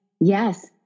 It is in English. Yes